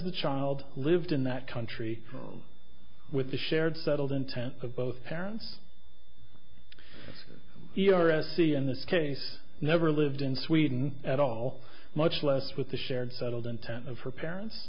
the child lived in that country with the shared settled intent of both parents e r s c in this case never lived in sweden at all much less with the shared settled intent of her parents